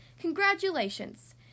Congratulations